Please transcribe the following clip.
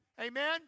Amen